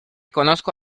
conozco